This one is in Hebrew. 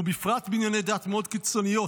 ובפרט בענייני דת, מאוד קיצוניות,